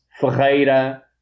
Ferreira